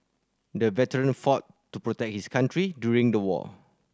the veteran fought to protect his country during the war